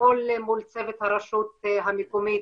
לפעול מול צוות הרשות המקומית